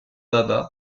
baba